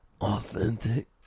authentic